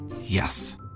Yes